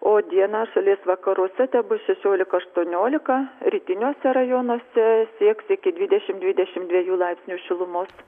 o dieną šalies vakaruose tebus šešiolika aštuoniolika rytiniuose rajonuose sieks iki dvidešimt dvidešimt dviejų laipsnių šilumos